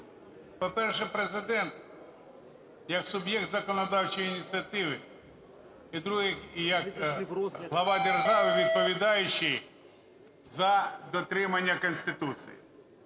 По-перше, Президент як суб'єкт законодавчої ініціативи. І по-друге, і як глава держави відповідающий за дотримання Конституції.